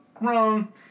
wrong